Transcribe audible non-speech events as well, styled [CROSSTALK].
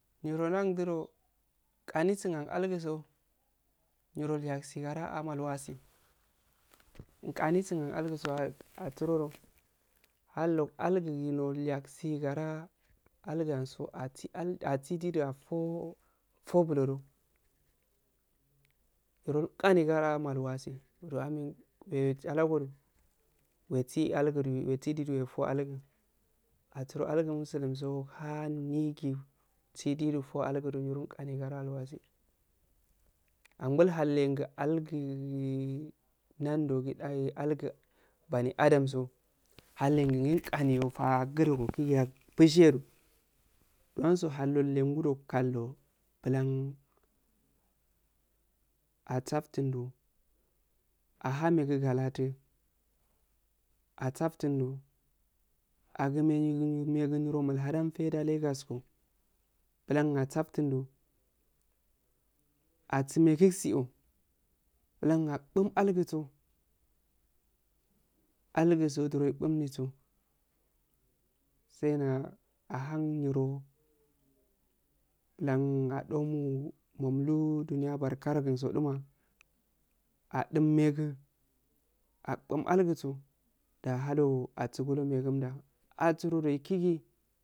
Nirondawdurdo nqani sun agualgu niro ilyaksi ngara almawatsi nqani gin ahun algugo aguro doh halloh algu nolya gsi gara algu ahsso assi didu affo buletoh niro qani ngara amalwatsi [UNINTELLIGIBLE] wechalago wetsi du wefo algu atsur algun musulum so hanigi tsidu du ffoh algu niro nqali ngara lawatsi anbul hallengu algu nanddo [HESITATION] algu bani adam so halengu enqaniyo tagudoh gokigi yapushihedu duhango hallclon gu do lkaddo bullah atsaftunddo aha megu galatu atsaftuh do agun niro megu niro mulhadan faidda llai gaskko bullan asaftun doh asimegu sioh bulah apmum algusoh algugo algutso bulan epuniso saina ahan ngirolan adomu duniya barnaronginso duma aduni megum algiso dahalo asugulu megumda atsorodo kigi